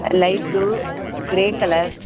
light blue grey color